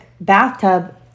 bathtub